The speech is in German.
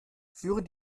führen